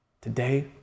Today